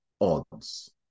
odds